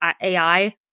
AI